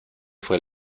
fue